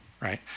right